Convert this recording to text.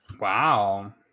Wow